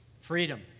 Freedom